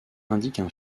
indiquent